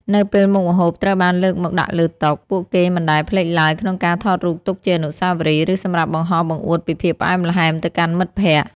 នៅពេលមុខម្ហូបត្រូវបានលើកមកដាក់លើតុ ពួកគេមិនដែលភ្លេចឡើយក្នុងការថតរូបទុកជាអនុស្សាវរីយ៍ ឬសម្រាប់បង្ហោះបង្អួតពីភាពផ្អែមល្ហែមទៅកាន់មិត្តភក្តិ។